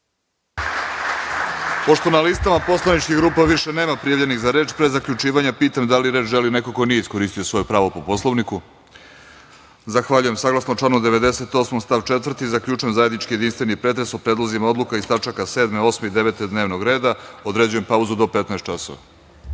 Pošto na listama poslaničkih grupa više nema prijavljenih za reč, pre zaključivanja pitam da li reč želi neko ko nije iskoristio svoje pravo po Poslovniku? (Ne.)Saglasno članu 98. stav 4. zaključujem zajednički jedinstveni pretres o predlozima odluka iz tačaka 7. 8. i 9. dnevnog reda. Određujem pauzu do 15.00